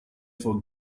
for